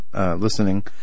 listening